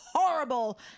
Horrible